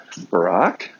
Barack